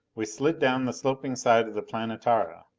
we slid down the sloping side of the planetara.